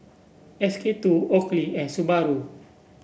S K two Oakley and Subaru